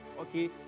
okay